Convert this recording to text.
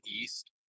east